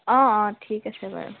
অঁ অঁ ঠিক আছে বাৰু